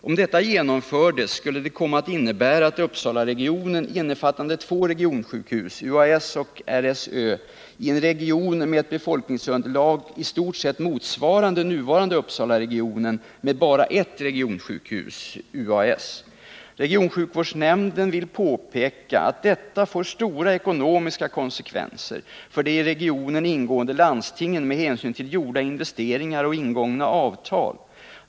Om detta genomfördes skulle det komma att innebära att Uppsalaregionen innefattade två Nr 119 regionsjukhus, UAS och RSÖ, i en region med ett befolkningsunderlag i Måndagen den stort sett motsvarande nuvarande Uppsalaregionen med bara ett regionsjuk = 14 april 1980 hus, UAS. Regionsjukvårdsnämnden vill påpeka att detta får stora ekonomiska konsekvenser för de i regionen ingående landstingen med hänsyn till gjorda investeringar och ingångna avtal.